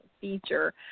feature